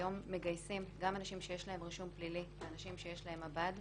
היום אנחנו מגייסים גם אנשים שיש להם רישום פלילי ואנשים שיש להם מב"ד,